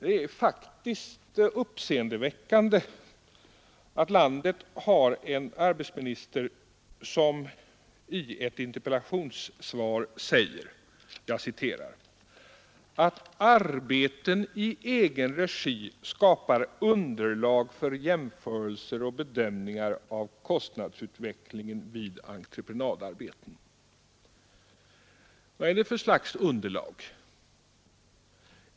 Det är faktiskt uppseendeväckande att landet har en arbetsminister som i ett interpellationssvar säger: ”Arbeten i egenregi skapar underlag för jämförelser och bedömningar av kostnadsutvecklingen vid entreprenadarbeten.” Vad är det för slags underlag?